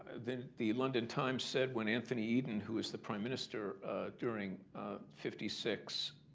the the london times said when anthony eden, who was the prime minister during fifty six